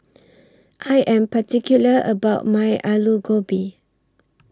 I Am particular about My Alu Gobi